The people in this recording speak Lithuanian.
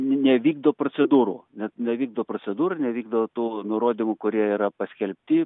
nevykdo procedūrų net nevykdo procedūrų nevykdo tų nurodymų kurie yra paskelbti